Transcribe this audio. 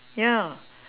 ya